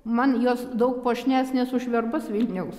man jos daug puošnesnės už verbas vilniaus